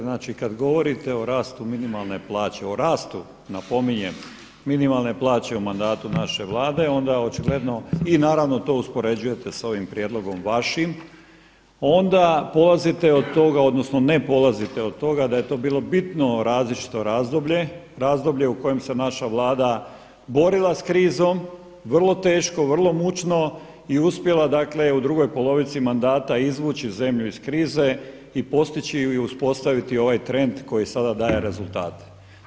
Znači kad govorite o rastu minimalne plaće, o rastu napominjem minimalne plaće u mandatu naše vlade, onda je očigledno i naravno to uspoređujete s ovim prijedlogom vašim onda polazite od toga odnosno ne polazite od toga da je to bilo bitno različito razdoblje, razdoblje u kojem se naša vlada borila s krizom, vrlo teško, vrlo mučno i uspjela u drugoj polovici mandata izvući zemlju iz krize i postići i uspostaviti ovaj trend koji sada daje rezultate.